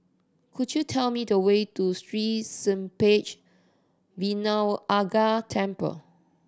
could you tell me the way to Sri Senpaga Vinayagar Temple